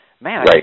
man